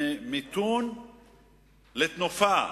ממיתון לתנופה.